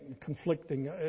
conflicting